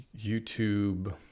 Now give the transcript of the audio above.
YouTube